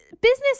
Business